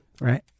right